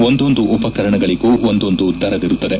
ಒಂದೊಂದು ಉಪಕರಣಗಳಗೂ ಒಂದೊಂದು ದರವಿರುತ್ತದೆ